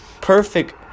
Perfect